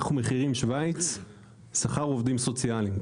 --- שוויץ --- עובדים סוציאליים.